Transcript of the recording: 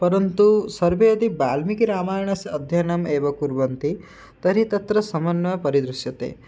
परन्तु सर्वे यदि वाल्मीकिरामायणस्य अध्ययनम् एव कुर्वन्ति तर्हि तत्र समन्वयः परिदृश्यते